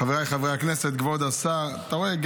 חבריי חברי הכנסת, כבוד השר, אתה רואה?